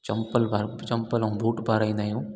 चंपल भा चंपल ऐं बूट पाराईंदा आहियूं